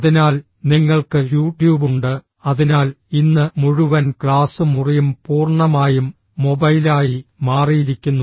അതിനാൽ നിങ്ങൾക്ക് യൂട്യൂബ് ഉണ്ട് അതിനാൽ ഇന്ന് മുഴുവൻ ക്ലാസ് മുറിയും പൂർണ്ണമായും മൊബൈലായി മാറിയിരിക്കുന്നു